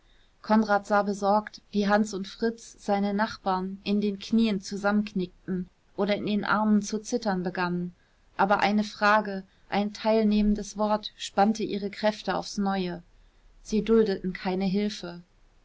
konrad sah besorgt wie hans und fritz seine nachbarn in den knien zusammenknickten oder in den armen zu zittern begannen aber eine frage ein teilnehmendes wort spannte ihre kräfte aufs neue sie duldeten keine hilfe